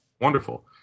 Wonderful